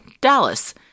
Dallas